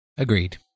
Agreed